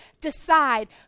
decide